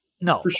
No